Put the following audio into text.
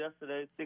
yesterday